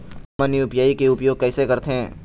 हमन यू.पी.आई के उपयोग कैसे करथें?